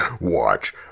Watch